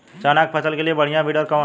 चना के फसल के लिए बढ़ियां विडर कवन ह?